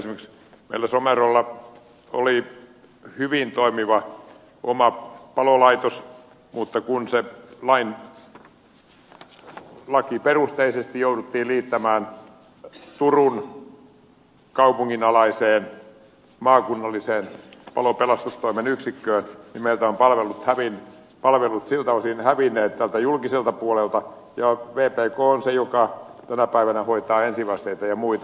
esimerkiksi meillä somerolla oli oma hyvin toimiva palolaitos mutta kun se lakiperusteisesti jouduttiin liittämään turun kaupungin alaiseen maakunnalliseen palo ja pelastustoimen yksikköön niin meiltä ovat palvelut siltä osin hävinneet tältä julkiselta puolelta ja vpk on se joka tänä päivänä hoitaa ensivasteita ja muita